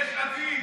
יש עתיד.